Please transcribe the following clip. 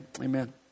Amen